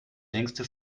längste